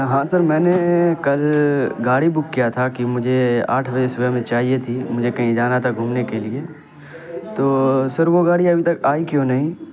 ہاں سر میں نے کل گاڑی بک کیا تھا کہ مجھے آٹھ بجے صبح میں چاہیے تھی مجھے کہیں جانا تھا گھومنے کے لیے تو سر وہ گاڑی ابھی تک آئی کیوں نہیں